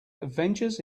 adventures